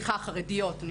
חרדיות.